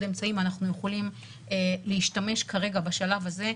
אמצעים אנחנו יכולים להשתמש כרגע בשלב הזה,